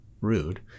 rude